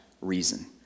reason